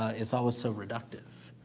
it's always so reductive,